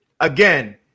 again